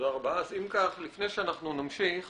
אם כך, לפני שנמשיך